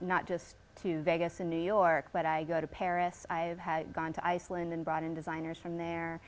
not just to vegas in new york but i go to paris i've had gone to iceland and brought in designers from there